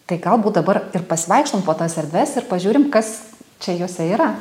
tai galbūt dabar ir pasivaikštom po tas erdves ir pažiūrim kas čia jose yra